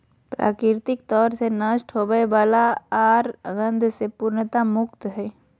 प्राकृतिक तौर से नष्ट होवय वला आर गंध से पूर्णतया मुक्त हइ